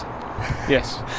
Yes